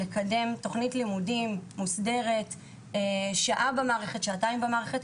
לקדם תוכנית לימודים מוסדרת של שעה-שעתיים במערכת,